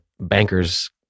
bankers